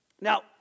Now